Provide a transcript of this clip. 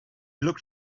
looked